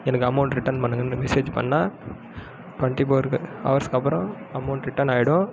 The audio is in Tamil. எனக்கு அமௌண்ட் ரிட்டர்ன் பண்ணுங்கன்ற மெசேஜ் பண்ணால் டொண்ட்டி ஃபோர் ஹவர்ஸ்க்கப்பறம் அமௌண்ட் ரிட்டர்ன் ஆகிடும்